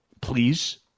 please